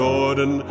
Jordan